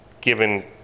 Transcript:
given